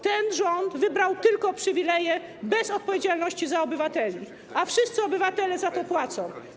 Ten rząd wybrał tylko przywileje, bez odpowiedzialności za obywateli, a wszyscy obywatele za to płacą.